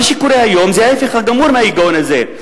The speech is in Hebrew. מה שקורה היום זה ההיפך הגמור מההיגיון הזה.